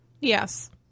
Yes